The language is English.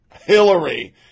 Hillary